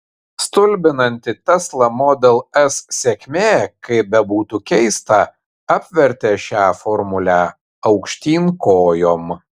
stulbinanti tesla model s sėkmė kaip bebūtų keista apvertė šią formulę aukštyn kojom